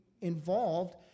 involved